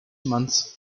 months